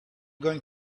going